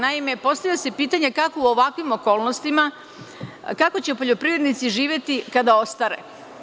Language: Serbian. Naime, postavlja se pitanje – kako će u ovakvim okolnostima poljoprivrednici živeti kada ostare?